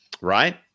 Right